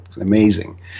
amazing